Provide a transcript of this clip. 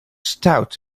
stout